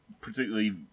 particularly